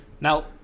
Now